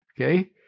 okay